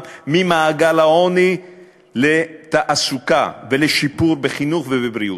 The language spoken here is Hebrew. ממעגל העוני לתעסוקה ולשיפור בחינוך ובבריאות.